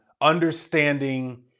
understanding